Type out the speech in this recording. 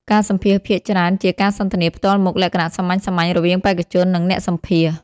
ការសម្ភាសន៍ភាគច្រើនជាការសន្ទនាផ្ទាល់មុខលក្ខណៈសាមញ្ញៗ រវាងបេក្ខជន និងអ្នកសម្ភាសន៍។